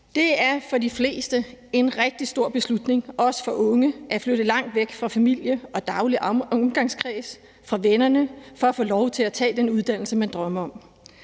Det er for de fleste en rigtig stor beslutning, også for unge, at flytte langt væk fra familien og den daglige omgangskreds, fra vennerne, for at få lov til at tage den uddannelse, man drømmer om.